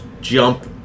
jump